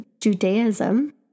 Judaism